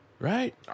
Right